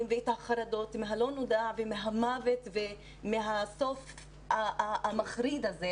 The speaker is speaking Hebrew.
והחרדות מהלא נודע ומהמוות ומהסוף המחריד הזה.